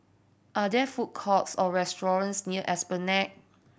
are there food courts or restaurants near Esplanade